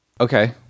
Okay